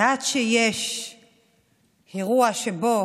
עד שיש אירוע שבו